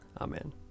Amen